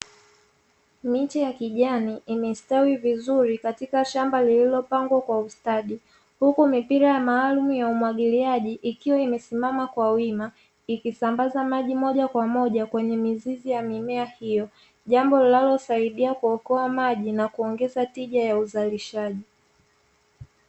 Miche ya kijani imestawi vizuri katika shamba lililopangwa kwa ustadi, huku mipira maalumu ya umwagiliaji ikiwa imesimama kwa wima, ikisambaza maji moja kwa moja kwenye mizizi ya mimea hiyo. Jambo linalosaidia kuokoa maji na kuongeza tija ya uzalishaji.